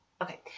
Okay